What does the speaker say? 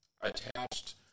attached